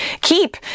keep